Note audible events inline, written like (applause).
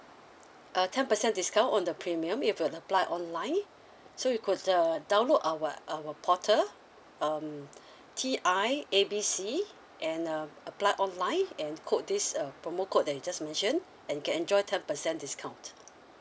a ten percent discount on the premium if you will apply online (breath) so you could uh download our our portal um (breath) T I A B C and uh apply online and quote this uh promo code that you just mentioned and can enjoy a ten percent discount